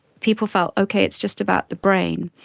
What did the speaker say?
people felt, okay, it's just about the brain,